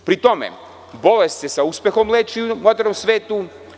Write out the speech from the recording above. Pri tome, bolest se sa uspehom leči u modernom svetu.